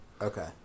Okay